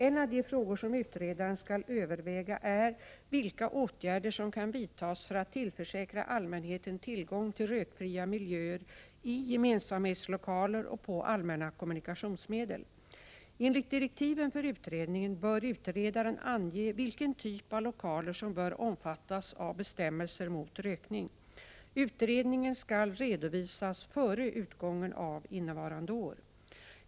En av de frågor som utredaren skall överväga är vilka åtgärder som kan vidtas för att tillförsäkra allmänheten tillgång till rökfria miljöer i gemensamhetslokaler och på allmänna kommunikationsmedel. Enligt direktiven för utredningen bör utredaren ange vilken typ av lokaler som bör omfattas av bestämmelser mot rökning. Utredningen skall redovisas före utgången av innevarande år.